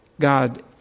God